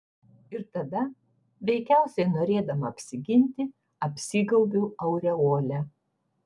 ir tada veikiausiai norėdama apsiginti apsigaubiu aureole